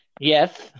yes